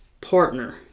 partner